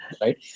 right